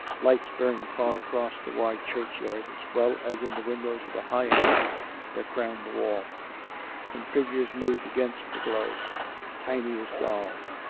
lights burned far across the wide churchyard, as well as in the windows of the high houses that crowned the wallj and figures moved against the glowj tiny as dolls.